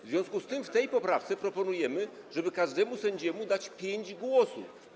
W związku z tym w tej poprawce proponujemy, żeby każdemu sędziemu dać pięć głosów.